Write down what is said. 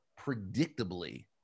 predictably